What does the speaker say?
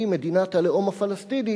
היא מדינת הלאום הפלסטיני,